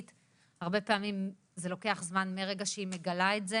הרבה פעמים זה לוקח זמן מהרגע שהיא מגלה את זה